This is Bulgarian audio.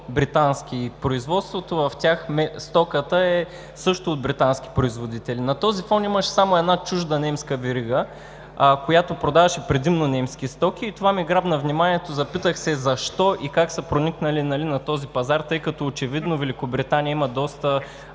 британски и производството, стоката в тях също е от британски производители. На този фон имаше само една чужда немска верига, която продаваше предимно немски стоки, и това ми грабна вниманието. Запитах се защо и как са проникнали на този пазар, тъй като очевидно Великобритания има доста